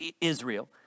Israel